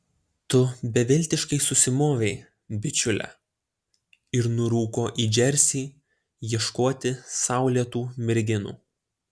tu beviltiškai susimovei bičiule ir nurūko į džersį ieškoti saulėtų merginų